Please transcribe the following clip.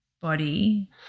body